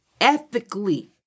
ethically